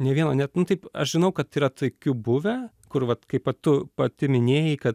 nė vieno net nu taip aš žinau kad yra tokių buvę kur vat kaip va tu pati minėjai kad